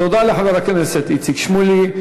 תודה לחבר הכנסת איציק שמולי.